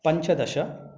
पञ्चदश